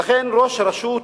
ולכן, ראש הרשות